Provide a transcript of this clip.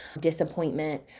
disappointment